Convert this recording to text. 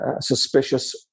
suspicious